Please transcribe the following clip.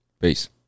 Peace